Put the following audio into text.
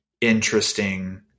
interesting